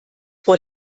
vor